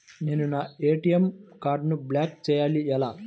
నేను నా ఏ.టీ.ఎం కార్డ్ను బ్లాక్ చేయాలి ఎలా?